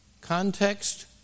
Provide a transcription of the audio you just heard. Context